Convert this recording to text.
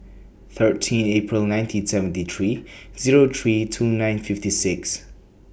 thirteen April nineteen seventy three Zero three two nine fifty six